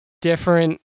different